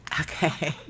Okay